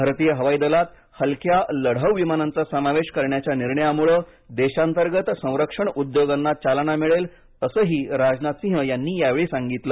भारतीय हवाई दलात हलक्या लढाऊ विमानांचा समावेश करण्याच्या निर्णयामुळे देशांतर्गत संरक्षण उद्योगांना चालना मिळेल असंही राजनाथसिंह यांनी यावेळी सांगितलं